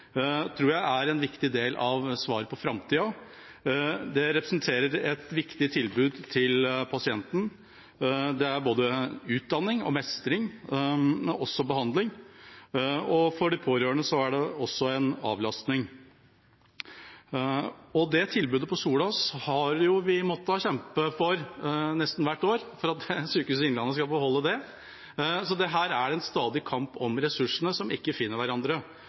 tror jeg er en viktig del av svaret for framtida. Det representerer et viktig tilbud til pasienten, det er både utdanning, mestring og behandling, og for de pårørende er det en avlastning. Og det tilbudet på Solås har vi nesten hvert år måttet kjempe for at Sykehuset Innlandet skal få beholde. Så dette er en stadig kamp om ressursene som ikke finner hverandre,